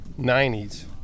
90s